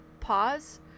pause